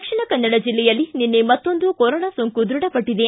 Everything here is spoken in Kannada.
ದಕ್ಷಿಣ ಕನ್ನಡ ಜಿಲ್ಲೆಯಲ್ಲಿ ನಿನ್ನೆ ಮತ್ತೊಂದು ಕೊರೋನಾ ಸೋಂಕು ದೃಢಪಟ್ಟಿದೆ